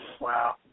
Wow